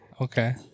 Okay